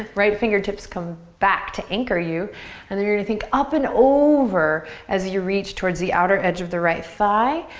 right fingertips come back to anchor you and then you're gonna think up and over as you reach towards the outer edge of the right thigh,